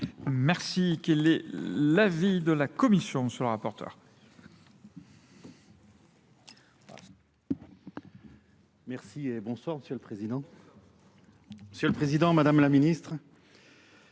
Merci. Quelle est l'avis de la Commission, M. le rapporteur ?